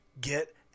Get